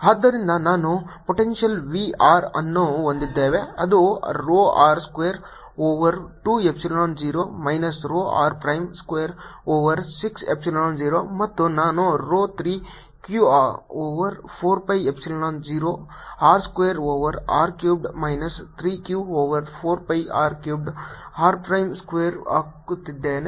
ಆದ್ದರಿಂದ ನಾವು potential V r ಅನ್ನು ಹೊಂದಿದ್ದೇವೆ ಅದು rho R square over 2 epsilon 0 minus rho r prime square over 6 epsilon 0 ಮತ್ತು ನಾನು Rho 3 Q over 4 pi epsilon 0 R square over R cubed minus 3 Q over 4 pi R cubed r prime square ಹಾಕುತ್ತಿದ್ದೇನೆ